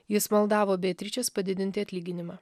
jis maldavo beatričės padidinti atlyginimą